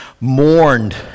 mourned